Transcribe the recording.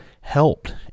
helped